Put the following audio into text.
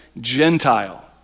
Gentile